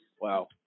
Wow